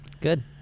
Good